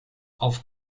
auf